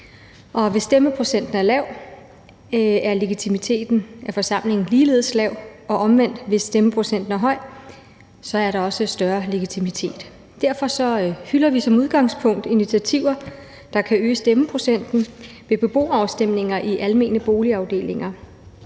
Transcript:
hvis stemmeprocenten er lav, er legitimiteten af forsamlingen ligeledes lav. Og omvendt, hvis stemmeprocenten er høj, er der også større legitimitet. Derfor hylder vi som udgangspunkt initiativer, der kan øge stemmeprocenten ved beboerafstemninger i almene boligafdelinger.